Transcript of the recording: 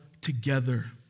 together